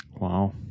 Wow